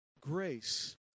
grace